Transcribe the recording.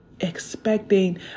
Expecting